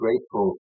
grateful